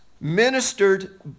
ministered